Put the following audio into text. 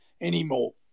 anymore